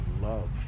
love